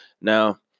Now